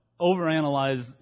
overanalyze